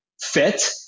fit